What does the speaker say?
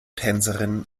tänzerinnen